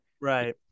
right